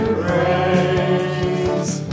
praise